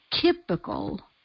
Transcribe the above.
typical